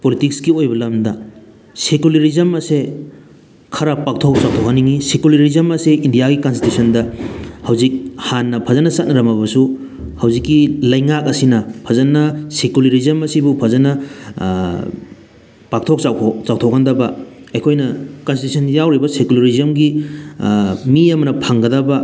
ꯄꯣꯂꯤꯇꯤꯛꯁꯀꯤ ꯑꯣꯏꯕ ꯂꯝꯗ ꯁꯦꯀꯨꯂꯔꯤꯖꯝ ꯑꯁꯦ ꯈꯔ ꯄꯥꯛꯊꯣꯛ ꯆꯥꯎꯊꯣꯛꯍꯟꯅꯤꯡꯉꯤ ꯁꯦꯀꯨꯂꯔꯤꯖꯝ ꯑꯁꯦ ꯏꯟꯗꯤꯌꯥꯒꯤ ꯀꯟꯁꯇꯤꯇ꯭ꯌꯨꯁꯟꯗ ꯍꯧꯖꯤꯛ ꯍꯥꯟꯅ ꯐꯖꯅ ꯆꯠꯅꯔꯝꯃꯕꯁꯨ ꯍꯧꯖꯤꯛꯀꯤ ꯂꯩꯉꯥꯛ ꯑꯁꯤꯅ ꯐꯖꯅ ꯁꯦꯀꯨꯂꯔꯤꯖꯝ ꯑꯁꯤꯕꯨ ꯐꯖꯅ ꯄꯥꯛꯇꯣꯛ ꯆꯥꯎꯊꯣꯛ ꯆꯥꯎꯊꯣꯛꯍꯟꯗꯕ ꯑꯩꯈꯣꯏꯅ ꯀꯟꯁꯇꯤꯇ꯭ꯌꯨꯁꯟꯗ ꯌꯥꯎꯔꯤꯕ ꯁꯦꯀꯨꯂꯔꯤꯖꯝꯒꯤ ꯃꯤ ꯑꯃꯅ ꯐꯪꯒꯗꯕ